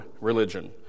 religion